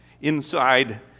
inside